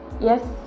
yes